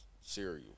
cereal